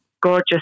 gorgeous